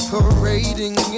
Parading